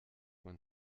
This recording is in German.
man